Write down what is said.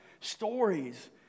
stories